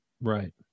right